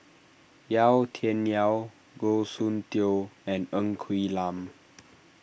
Yau Tian Yau Goh Soon Tioe and Ng Quee Lam